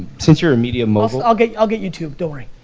since you're a media mogul i'll get i'll get youtube, don't worry.